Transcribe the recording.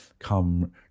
come